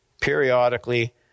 Periodically